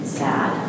sad